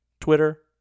Twitter